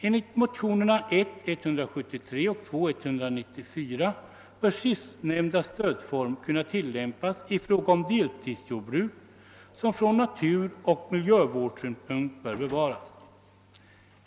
Enligt motionerna I:173 och II:194 bör sistnämnda stödform kunna tillämpas i fråga om deltidsjordbruk som från naturoch miljövårdssynpunkt bör bevaras.